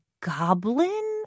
goblin